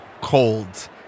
cold